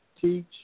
teach